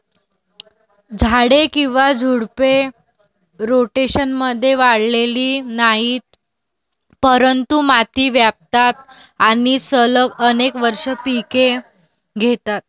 झाडे किंवा झुडपे, रोटेशनमध्ये वाढलेली नाहीत, परंतु माती व्यापतात आणि सलग अनेक वर्षे पिके घेतात